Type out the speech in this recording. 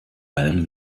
allem